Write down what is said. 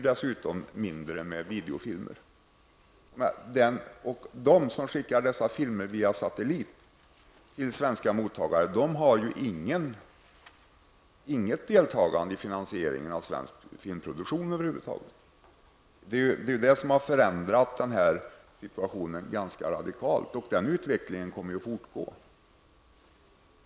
Dessutom hyr man färre videofilmer. De bolag som skickar dessa filmer via satellit till svenska mottagare deltar ju inte alls i finansieringen av svensk filmproduktion. Det är därför som situationen har genomgått en radikal förändring, och denna utveckling kommer ju att fortgå.